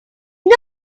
not